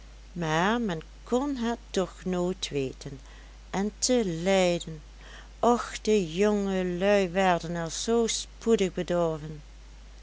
maar men kon het toch nooit weten en te leiden och de jongelui werden er zoo spoedig bedorven